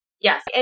Yes